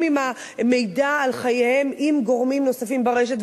במידע על חיים גורמים נוספים ברשת.